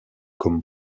comme